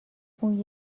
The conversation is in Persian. اون